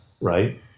right